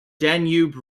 danube